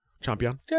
champion